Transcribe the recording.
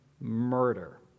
murder